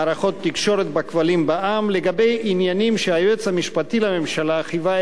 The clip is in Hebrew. מערכות תקשורת בכבלים בע"מ" לגבי עניינים שהיועץ המשפטי לממשלה חיווה